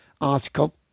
article